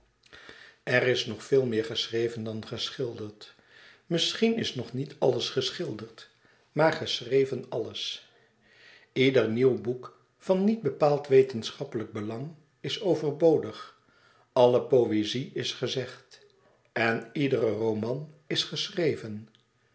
er is nog veel meer geschreven dan geschilderd misschien is nog niet alles geschilderd maar geschreven alles ieder nieuw boek van niet bepaald wetenschappelijk belang is overbodig alle poëzie is gezegd en iedere roman is geschreven